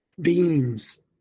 beams